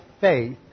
faith